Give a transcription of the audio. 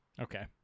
Okay